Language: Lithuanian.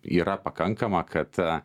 yra pakankama kad